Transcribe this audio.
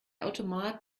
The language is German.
automat